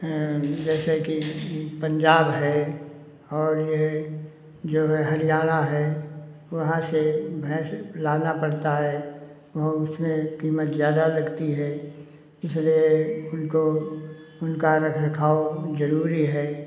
हाँ जैसे कि ये पंजाब है और ये जो है हरियाणा है वहाँ से भैंस लाना पड़ता है वह उसमें कीमत ज़्यादा लगती है इसलिए उनको उनका रख रखाव जरूरी है